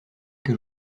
que